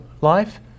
life